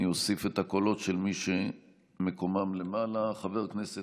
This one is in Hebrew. סעיפים 1 8 נתקבלו.